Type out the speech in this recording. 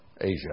Asia